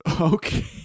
Okay